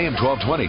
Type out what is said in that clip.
1220